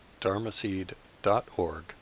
dharmaseed.org